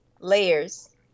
layers